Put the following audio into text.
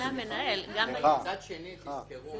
מצד שני, תזכרו